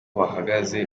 bahagaze